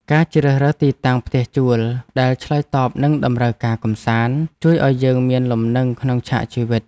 ការជ្រើសរើសទីតាំងផ្ទះជួលដែលឆ្លើយតបនឹងតម្រូវការកម្សាន្តជួយឱ្យយើងមានលំនឹងក្នុងឆាកជីវិត។